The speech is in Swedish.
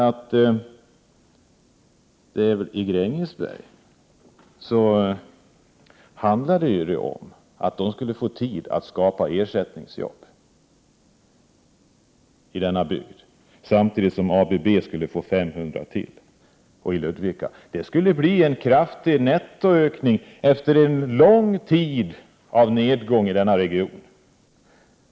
I Grängesberg handlade det ju om att man skulle få tid att skapa ersättningsjobb i denna bygd samtidigt som ABB skulle få 500 hundra jobb till i Ludvika. Det skulle bli en kraftig nettoökning efter en lång tid av nedgång i denna region.